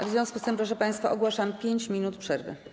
W związku z tym, proszę państwa, ogłaszam 5 minut przerwy.